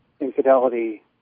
infidelity